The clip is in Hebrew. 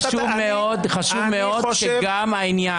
גם העניין